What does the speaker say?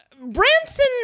branson